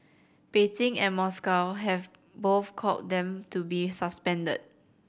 Beijing and Moscow have both called them to be suspended